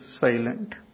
silent